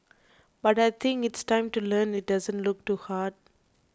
but I think it's time to learn it doesn't look too hard